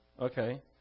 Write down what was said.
Okay